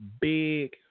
big